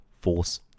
force